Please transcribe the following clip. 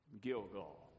Gilgal